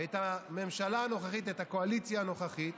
את הממשלה הנוכחית, את הקואליציה הנוכחית,